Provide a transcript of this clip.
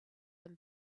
them